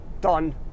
done